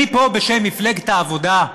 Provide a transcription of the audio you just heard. אני פה בשם מפלגת העבודה?